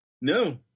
No